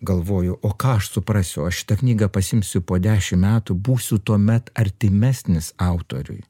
galvoju o ką aš suprasiu aš šitą knygą pasiimsiu po dešim metų būsiu tuomet artimesnis autoriui